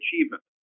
achievement